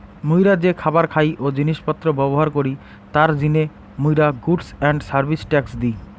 মুইরা যে খাবার খাই ও জিনিস পত্র ব্যবহার করি তার জিনে মুইরা goods and service tax the